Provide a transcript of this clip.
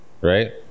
right